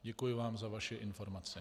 Děkuji vám za vaše informace.